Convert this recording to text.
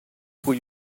cui